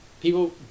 people